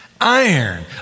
iron